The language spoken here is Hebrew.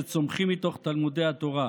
שצומחים מתוך תלמודי התורה.